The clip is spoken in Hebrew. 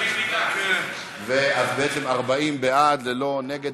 אז בעצם 40 בעד, ללא נגד.